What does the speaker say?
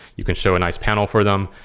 you can show a nice panel for them.